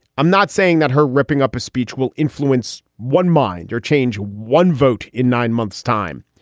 i'm not saying that her ripping up a speech will influence one mind or change one vote in nine months time.